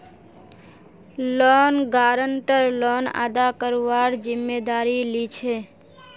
loan guarantor loan अदा करवार जिम्मेदारी लीछे